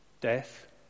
death